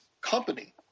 company